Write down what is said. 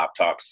laptops